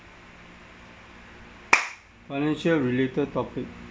financial related topic